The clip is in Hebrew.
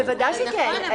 בוודאי שכן.